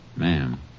Ma'am